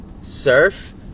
surf